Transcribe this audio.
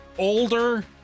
Older